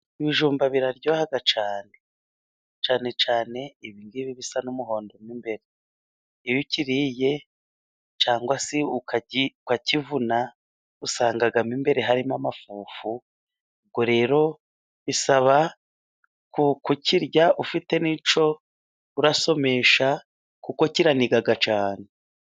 Ibijumba biraryoha cyane. Cyane cyane ibingibi bisa n'umuhondo imbere, iyo ukiriye cyangwa se ukivuna, usanga mo imbere harimo amafufu, ubwo rero bisaba kukirya ufite n'icyo urasomesha, kuko kiraniga cyane.